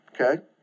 Okay